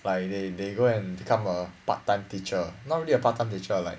like they they they go and become a part time teacher not really a part time teacher like